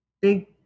big